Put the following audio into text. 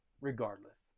regardless